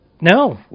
No